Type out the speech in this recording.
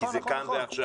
כי זה כאן ועכשיו,